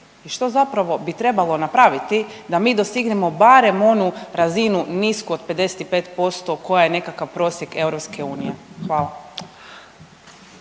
i što zapravo bi trebalo napraviti da mi dostignemo barem onu razinu nisku od 55% koja je nekakav prosjek EU? Hvala.